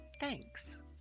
Thanks